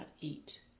eat